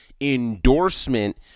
endorsement